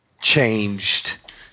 changed